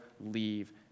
leave